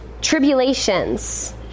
tribulations